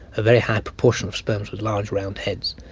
a very high proportion of sperms with large round heads,